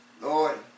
Lord